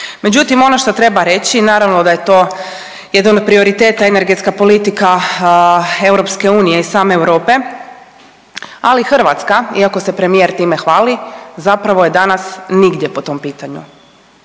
Međutim ono što treba reći naravno da je to jedan od prioriteta energetska politika EU i same Europe, ali i Hrvatska iako se premijer time hvali zapravo je danas nigdje po tom pitanju.